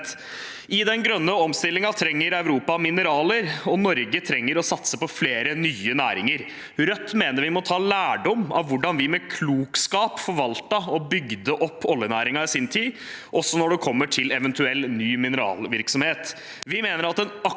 I den grønne omstillingen trenger Europa mineraler, og Norge trenger å satse på flere nye næringer. Rødt mener vi må ta lærdom av hvordan vi med klokskap forvaltet og bygde opp oljenæringen sin tid – også når det gjelder eventuell ny mineralvirksomhet. Vi mener at en aktiv